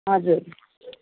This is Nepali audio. हजुर